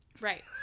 Right